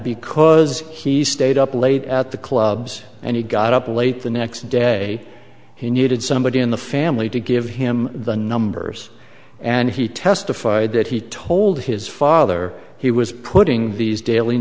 because he stayed up late at the clubs and he got up late the next day he needed somebody in the family to give him the numbers and he testified that he told his father he was putting these daily